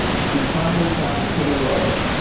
she finally found true love.